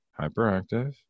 hyperactive